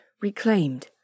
reclaimed